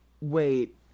Wait